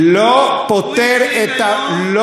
לא פותר את הבעיה.